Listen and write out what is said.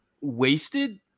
wasted